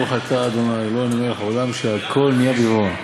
ברוך אתה ה' אלוהינו מלך העולם שהכול נהיה בדברו.